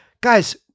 guys